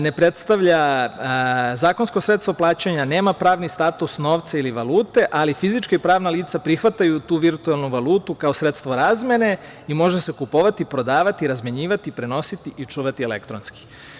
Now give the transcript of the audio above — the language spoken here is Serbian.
Ne predstavlja zakonsko sredstvo plaćanja, nema pravni status novca ili valute, ali fizička i pravna lica prihvataju tu virtuelnu valutu kao sredstva razmene i može se kupovati, prodavati, razmenjivati, prenositi i čuvati elektronski.